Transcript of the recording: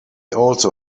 also